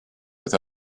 with